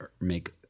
make